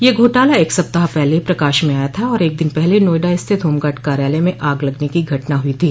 यह घोटाला एक सप्ताह पहले प्रकाश में आया था और एक दिन पहले नोएडा स्थित होमगार्ड कार्यालय में आग लगने की घटना हुई थी